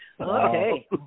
Okay